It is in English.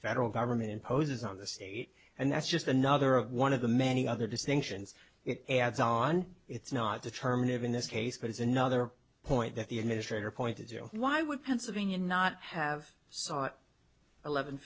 federal government imposes on the state and that's just another of one of the many other distinctions it adds on it's not determinative in this case but it's another point that the administrator pointed to why would pennsylvania not have sought eleven